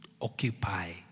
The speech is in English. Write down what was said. occupy